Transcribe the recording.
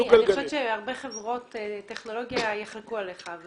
אני חושבת שהרבה חברות טכנולוגיה יחלקו עליך.